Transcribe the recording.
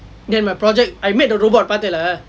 then my project I made the robot பார்த்த இல்ல:paarththa illa